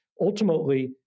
ultimately